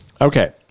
Okay